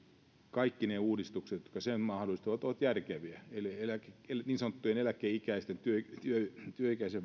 kaikki ne uudistukset jotka sen mahdollistavat ovat järkeviä eli eli niin sanotuissa eläkeikäisissä työikäistä